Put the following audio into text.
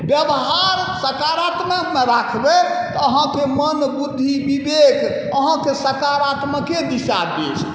बेवहार सकारात्मकमे राखबै तऽ अहाँके मोन बुद्धि विवेक अहाँके सकारात्मके दिशा देत